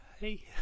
hey